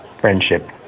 friendship